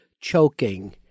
choking